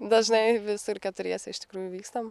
dažnai visur keturiese iš tikrųjų vykstam